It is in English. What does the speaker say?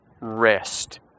rest